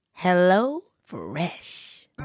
HelloFresh